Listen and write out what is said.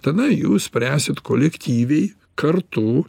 tada jūs spręsit kolektyviai kartu